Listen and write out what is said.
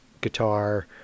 guitar